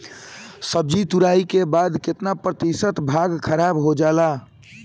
सब्जी तुराई के बाद केतना प्रतिशत भाग खराब हो जाला?